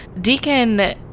Deacon